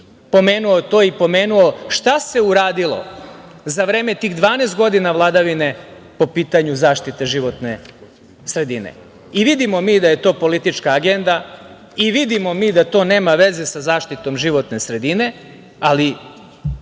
pomenuo to i pomenuo šta se uradilo za vreme tih 12 godina vladavine po pitanju zaštite životne sredine? Vidimo mi da je to politička agenda i vidimo mi da to nema veze sa zaštitom životne sredine, ali